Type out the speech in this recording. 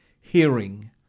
hearing